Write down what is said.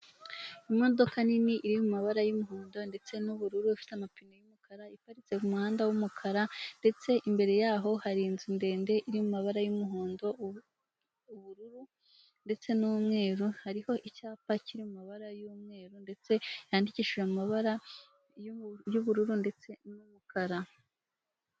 Imodoka nini iri mu mabara y'umuhondo ndetse n'ubururu, ifite amapine y'umukara, iparitse mu muhanda w'umukara ndetse imbere yaho hari inzu ndende iri mu mabara y'umuhondo, ubururu ndetse n'umweru, hariho icyapa kiri mu mabara y'umweru ndetse yandikishije amabara y'ubururu ndetse n'umukara.